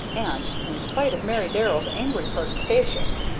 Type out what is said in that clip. and, in spite of mary darrell's angry protestations,